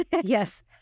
yes